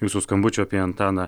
jūsų skambučio apie antaną